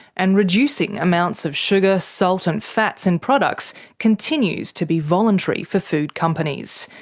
and reducing amounts of sugar, salt and fats in products continues to be voluntary for food companies.